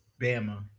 Bama